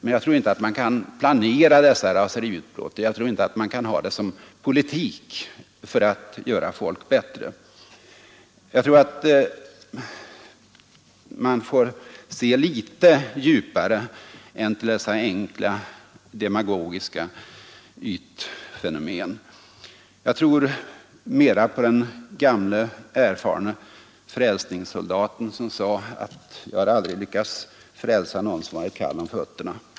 Men jag tror inte att man kan planera dessa raseriutbrott, och jag tror inte att de kan användas som systematiska medel i en politik för att göra folk bättre. Man får se litet djupare än till dessa enkla demagogiska ytfenomen. Jag tror mera på den gamle erfarne frälsningssoldaten som sade: Jag har aldrig lyckats frälsa någon som varit kall om fötterna!